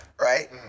Right